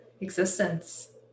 existence